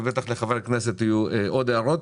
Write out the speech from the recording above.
ובטח לחברי הכנסת יהיו עוד הערות.